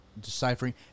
deciphering